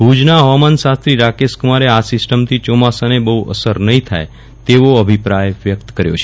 ભુજના હવામાન શાસ્ત્રી રાકેશ કુમારે આ સિસ્ટમથી ચોમાસાને બહ્ અસર નહિ થાય તેવો અભિપ્રાય વ્યક્ત કર્યો છે